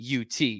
UT